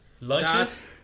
lunches